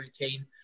routine